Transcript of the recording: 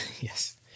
Yes